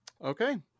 Okay